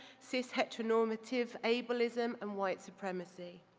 cis heteronormative, ableism, and white supremacy.